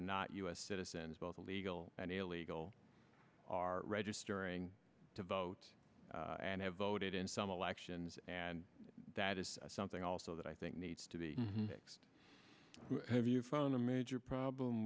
are not u s citizens both legal and illegal are registering to vote and have voted in some elections and that is something also that i think needs to be fixed have you found a major problem